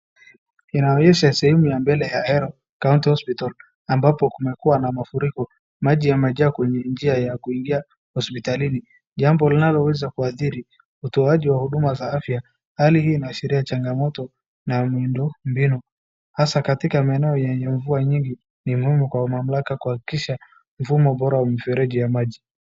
Inaonyesha sehemu ya mbele ya Ahero county hospital ambapo kumekua na mafuriko. Maji yamejaa kwenye njia ya kuingia hospitalini, jambo linaloweza kuadhiri utoaji wa huduma za afya. Hali hii inaashiria changamoto na miundo mbinu hasa katika maeneo yenye mvua nyingi. Ni muhimu kwa mamlaka kuhakikisha mfumo bara wa mifereji ya maji.